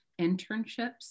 internships